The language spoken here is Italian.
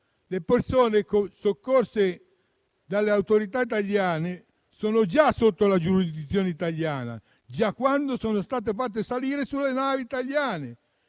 Le persone soccorse dalle autorità italiane sono sotto la giurisdizione italiana già quando sono fatte salire sulle navi italiane